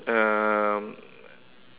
um